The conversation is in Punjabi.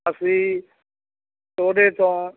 ਅਸੀਂ ਉਹਦੇ ਤੋਂ